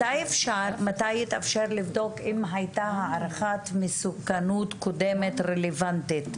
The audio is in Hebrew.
מתי יתאפשר לבדוק אם הייתה הערכת מסוכנות קודמת רלוונטית?